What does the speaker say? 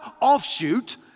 offshoot